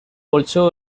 also